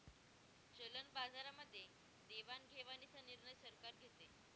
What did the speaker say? चलन बाजारामध्ये देवाणघेवाणीचा निर्णय सरकार घेते